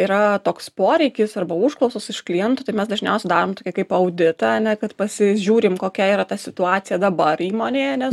yra toks poreikis arba užklausos iš klientų tai mes dažniausiai darom tokį kaip auditą ane kad pasižiūrim kokia yra ta situacija dabar įmonėje nes